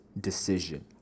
decision